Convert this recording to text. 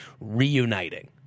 reuniting